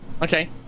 Okay